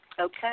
Okay